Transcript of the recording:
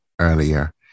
earlier